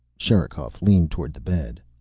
sherikov leaned toward the bed.